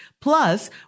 plus